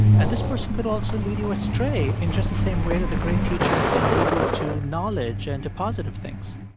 and this person could also lead you astray in just the same way that the great teacher can lead you to knowledge and to positive things